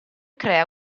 crea